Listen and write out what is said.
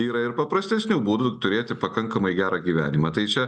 yra ir paprastesnių būdų turėti pakankamai gerą gyvenimą tai čia